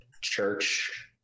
church –